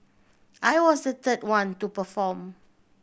I was the third one to perform